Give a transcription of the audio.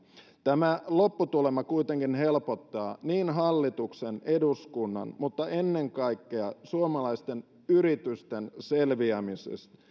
tämä lopputulema kuitenkin helpottaa hallituksen ja eduskunnan mutta ennen kaikkea suomalaisten yritysten selviämistä